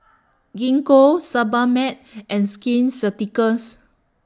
Gingko Sebamed and Skin Ceuticals